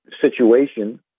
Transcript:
situation